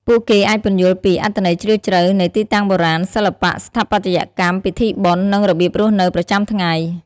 ពួកគេអាចពន្យល់ពី អត្ថន័យជ្រាលជ្រៅ នៃទីតាំងបុរាណ សិល្បៈស្ថាបត្យកម្ម ពិធីបុណ្យ និងរបៀបរស់នៅប្រចាំថ្ងៃ។